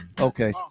Okay